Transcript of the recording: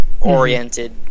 oriented